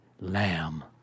Lamb